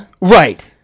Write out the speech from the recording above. right